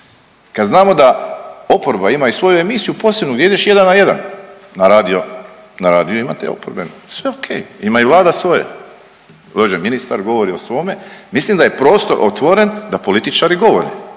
Kad znamo da oporba ima i svoju emisiju posebnu gdje ideš jedan na jedan. Na radiju imate oporbenu, sve ok. Ima i Vlada svoje. Dođe ministar govori o svome. Mislim da je prostor otvoren da političari govore